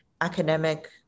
academic